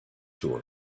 tour